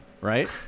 right